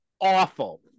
awful